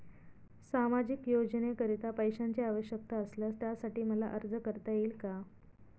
सामाजिक योजनेकरीता पैशांची आवश्यकता असल्यास त्यासाठी मला अर्ज करता येईल का?